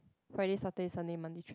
Friday Saturday Sunday Monday Tuesday